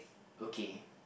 okay